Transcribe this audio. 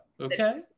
okay